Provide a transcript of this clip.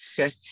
okay